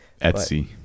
Etsy